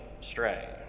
stray